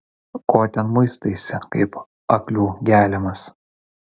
ko ten muistaisi kaip aklių geliamas